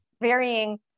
varying